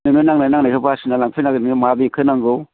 नोङो नांनाय नांनायखौ बासिना लांफैनांगोन नोङो माबेखौ नांगौ